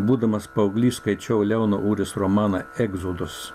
būdamas paauglys skaičiau leono urės romaną egzodus